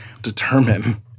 Determine